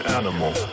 animal